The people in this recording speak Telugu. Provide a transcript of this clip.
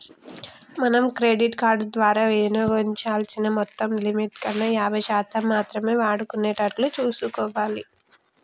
మనం క్రెడిట్ కార్డు ద్వారా వినియోగించాల్సిన మొత్తాన్ని లిమిట్ కన్నా యాభై శాతం మాత్రమే వాడుకునేటట్లు చూసుకోవాలి